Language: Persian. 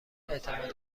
اعتماد